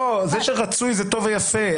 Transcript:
זה שרצוי זה טוב ויפה,